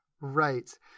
right